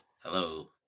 Hello